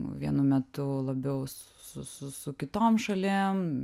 vienu metu labiau su su su kitom šalim